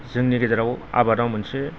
जोंनि गेजेराव आबादाव मोनसे